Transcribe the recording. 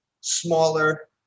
smaller